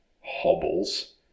hobbles